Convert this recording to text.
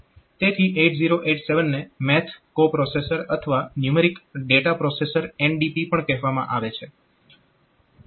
તેથી 8087 ને "math coprocessor " અથવા ન્યુમેરીક ડેટા પ્રોસેસર NDP પણ કહેવામાં આવે છે